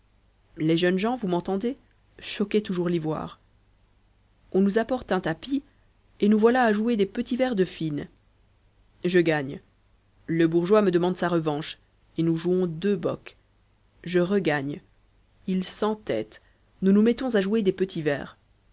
les jeunes gens vous m'entendez choquaient toujours l'ivoire on nous apporte un tapis et nous voilà à jouer des petits verres de fine je gagne le bourgeois me demande sa revanche et nous jouons deux bocs je regagne il s'entête nous nous mettons à jouer des petits verres